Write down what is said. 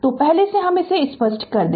तो पहले से हम इसे स्पष्ट कर दे